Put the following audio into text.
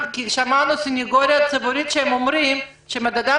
שמענו את אנשי הסנגוריה הציבורית אומרים שאם אדם